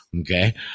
Okay